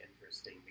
interesting